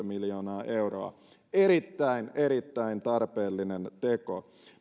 miljoonaa euroa erittäin erittäin tarpeellinen teko